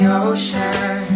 ocean